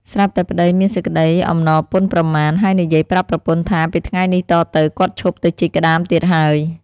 សា្រប់តែប្ដីមានសេចក្ដីអំណរពន់ប្រមាណ ហើយនិយាយប្រាប់ប្រពន្ធថាពីថ្ងៃនេះតទៅគាត់ឈប់ទៅជីកក្ដាមទៀតហើយ។